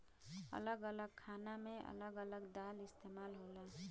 अलग अलग खाना मे अलग अलग दाल इस्तेमाल होला